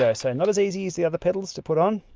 so so not as easy as the other pedals to put on,